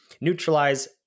neutralize